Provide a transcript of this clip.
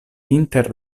inter